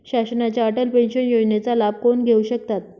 शासनाच्या अटल पेन्शन योजनेचा लाभ कोण घेऊ शकतात?